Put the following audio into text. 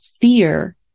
fear